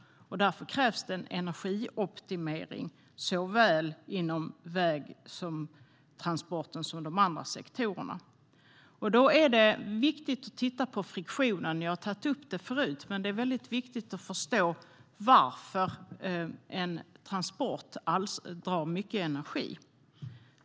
Därför krävs det en energioptimering såväl inom vägtransporten som inom de andra sektorerna. Då är det viktigt att titta på friktionen. Jag har tagit upp det förut, men det är viktigt att förstå varför en transport alls drar mycket energi.